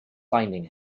finding